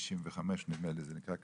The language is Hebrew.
מגיל 65, נדמה לי, זה נקרא קשיש,